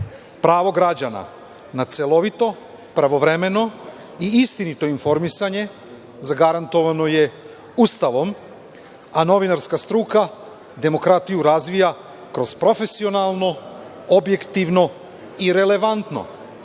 ulogu. Pravo građana na celovito, pravovremeno i istinito informisanje zagarantovano je Ustavom, a novinarska struka demokratiju razvija kroz profesionalno, objektivno i relevantno